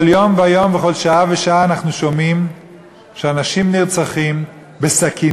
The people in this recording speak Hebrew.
כל יום ויום וכל שעה ושעה אנחנו שומעים שאנשים נרצחים בסכינים,